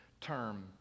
term